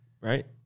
right